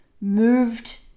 moved